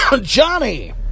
Johnny